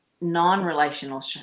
non-relational